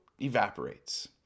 evaporates